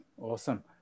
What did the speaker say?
Awesome